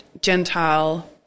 Gentile